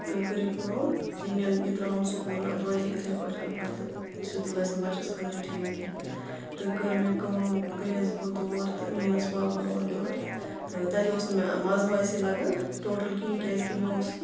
تُہۍ کٔرِو کٲم یہِ ننۍ یہِ تراوُن سکوٗل نہ تہٕ روزِ یہِ یِتھٕے پٲٹھۍ اَن پڑ تہٕ سُہ گژھِ نہٕ بَچس خٲطرٕ ٹھیٖک کیٚنٛہہ تہٕ کٔر مےٚ کٲم گٔیس بہٕ تور تہٕ نیٚنس پاپَن اورٕ یور تہٕ تَتہِ اوس نہٕ مےٚ مَزٕ ویسے لگن ٹوٹل کِہیںۍ کیازِ کہِ مےٚ اوٚس